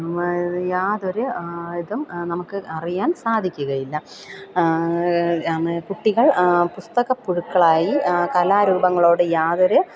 യാതൊരു ഇതും നമുക്ക് അറിയാൻ സാധിക്കുകയില്ല കുട്ടികൾ പുസ്തക പുുഴുക്കളായി കലാരൂപങ്ങളോട് യാതൊരു